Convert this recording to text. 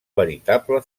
veritable